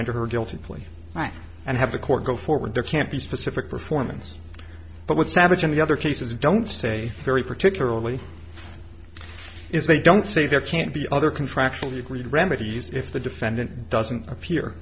her guilty plea and have the court go forward there can't be specific performance but what savage and the other cases don't say very particularly is they don't say there can't be other contractually agreed remedies if the defendant doesn't appear